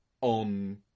on